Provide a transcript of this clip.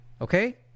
Okay